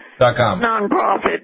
Nonprofit